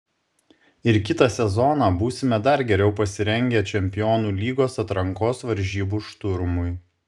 ir kitą sezoną būsime dar geriau pasirengę čempionų lygos atrankos varžybų šturmui